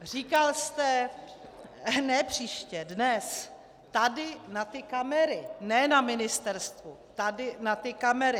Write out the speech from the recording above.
Říkal jste ne příště, dnes, tady na ty kamery, ne na ministerstvu, tady na ty kamery.